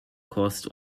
caused